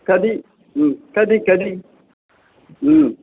कति कति कति